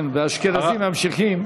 כן, והאשכנזים ממשיכים.